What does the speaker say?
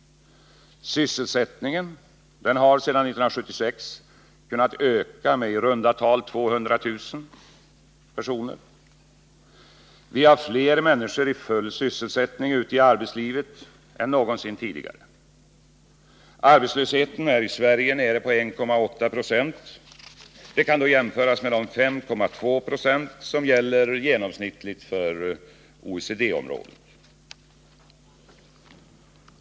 Sysselsättningen har sedan 1976 kunnat öka med i runda tal 200 000 personer. Vi har fler människor i full sysselsättning ute i arbetslivet än någonsin tidigare. Arbetslösheten är i Sverige nere på 1,8 90. Det kan jämföras med de 5,2 20 som gäller genomsnittligt för OECD-området.